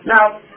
Now